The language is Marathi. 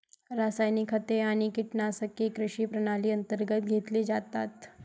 रासायनिक खते आणि कीटकनाशके कृषी प्रणाली अंतर्गत घेतले जातात